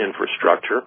infrastructure